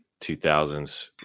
2000s